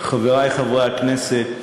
חברי חברי הכנסת,